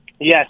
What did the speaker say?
Yes